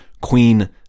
queen